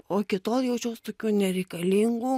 o iki tol jaučiaus tokiu nereikalingu